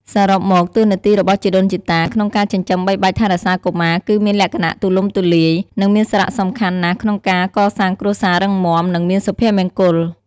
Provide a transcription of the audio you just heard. សរុបមក តួនាទីរបស់ជីដូនជីតាក្នុងការចិញ្ចឹមបីបាច់ថែរក្សាកុមារគឺមានលក្ខណៈទូលំទូលាយ និងមានសារៈសំខាន់ណាស់ក្នុងការកសាងគ្រួសាររឹងមាំ និងមានសុភមង្គល។